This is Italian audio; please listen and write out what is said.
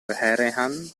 vehrehan